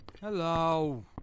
Hello